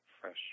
fresh